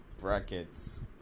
brackets